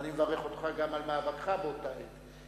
ואני מברך אותך גם על מאבקך באותה עת,